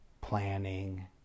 planning